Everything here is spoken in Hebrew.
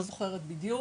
לא זוכרת בדיוק.